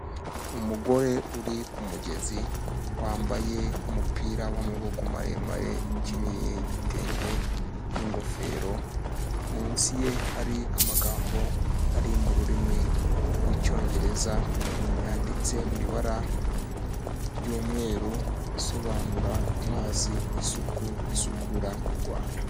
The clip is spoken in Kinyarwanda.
Umugore uri ku mugezi, wambaye umupira w'amaboko maremare, ukenyeye igitenge n'ingofero, munsi ye hari amagambo ari mu rurimi rw'icyongereza, yanditse mu ibara ry'umweru, asobanura amazi, isuku n'isukura mu Rwanda.